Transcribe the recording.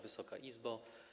Wysoka Izbo!